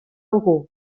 algú